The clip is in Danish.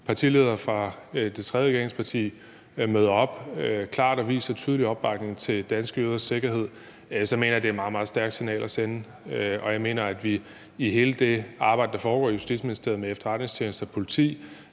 partilederen fra det tredje regeringsparti møder op og klart og tydeligt viser opbakning til danske jøders sikkerhed, så mener jeg, det er et meget, meget stærkt signal at sende. Og jeg mener selvfølgelig også, at vi i hele det arbejde, der foregår i Justitsministeriet med efterretningstjenesterne og politiet,